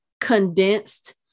Condensed